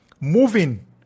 moving